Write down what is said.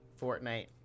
Fortnite